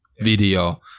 video